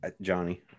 Johnny